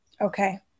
Okay